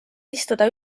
istuda